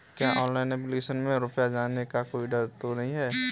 क्या online application में रुपया जाने का कोई डर तो नही है?